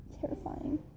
Terrifying